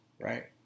Right